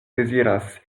deziras